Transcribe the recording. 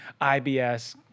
IBS